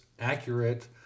accurate